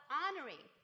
honoring